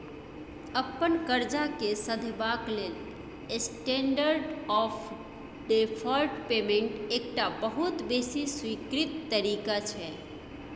अपन करजा केँ सधेबाक लेल स्टेंडर्ड आँफ डेफर्ड पेमेंट एकटा बहुत बेसी स्वीकृत तरीका छै